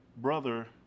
Brother